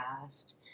past